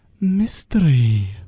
mystery